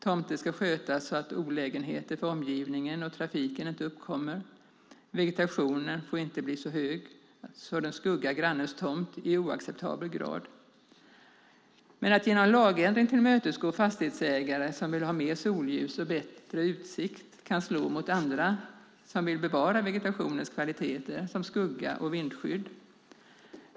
Tomter ska skötas så att olägenheter för omgivningen och trafiken inte uppkommer. Vegetationen får inte bli så hög att den skuggar grannens tomt i oacceptabel grad. Men att genom lagändring tillmötesgå fastighetsägare som vill ha mer solljus och bättre utsikt kan slå mot andra som vill bevara vegetationens kvaliteter, såsom skugga och vindskydd.